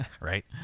Right